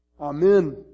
Amen